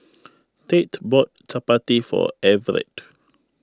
Tate bought Chapati for Everett